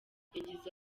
yagize